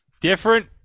Different